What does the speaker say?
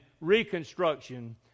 reconstruction